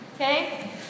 Okay